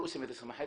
מה שמך?